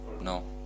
no